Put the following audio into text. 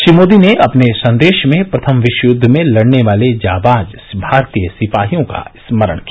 श्री मोदी ने अपने संदेश में प्रथम विश्वय्द्व में लड़ने वाले जांबाज भारतीय सिपाहियों का स्मरण किया